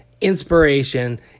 inspiration